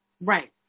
Right